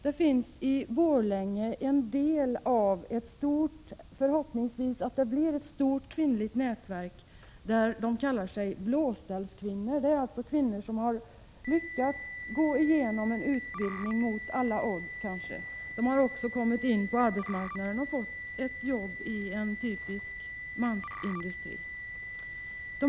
Det finns i Borlänge en del av ett, som vi hoppas blir ett stort, kvinnligt nätverk som kallas Blåställskvinnor. Det är alltså kvinnor som, kanske mot alla odds, har lyckats gå igenom en utbildning. De har också kommit in på arbetsmarknaden och fått ett jobb i en typisk mansindustri.